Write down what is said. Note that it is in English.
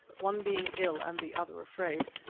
one being ill and the other afraid,